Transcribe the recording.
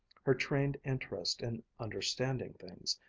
her trained interest in understanding things,